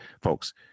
Folks